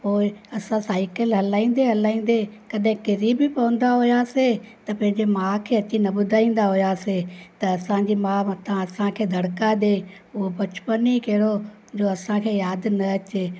पोइ असां साइकल हलाईंदे हलाईंदे कॾहिं किरी बि पवंदा हुआसीं त पंहिंजे माउ खे अची न ॿुधाईंदा हुआसीं त असांजी माउ मथां असांखे धड़का ॾिए उहो बचपन ई कहिड़ो जो असांखे यादि न अचे